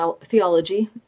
theology